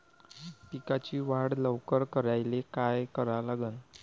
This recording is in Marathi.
पिकाची वाढ लवकर करायले काय करा लागन?